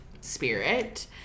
spirit